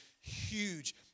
huge